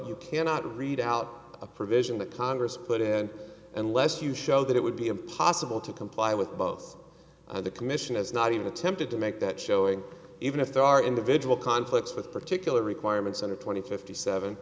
you cannot read out a provision that congress put in unless you show that it would be impossible to comply with both the commission has not even attempted to make that showing even if there are individual conflicts with particular requirements under twenty fifty seven